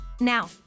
Now